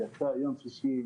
שהיה יום שישי,